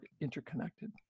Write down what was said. interconnected